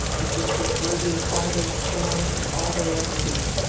and which was worthy of all their scorn and all their enmity.